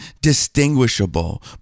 distinguishable